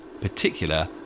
particular